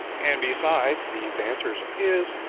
and besides these answers of his,